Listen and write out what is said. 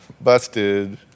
Busted